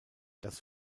das